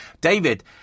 david